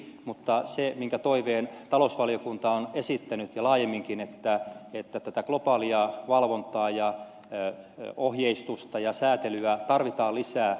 mutta sen toiveen talousvaliokunta on esittänyt ja laajemminkin että tätä globaalia valvontaa ja ohjeistusta ja säätelyä tarvitaan lisää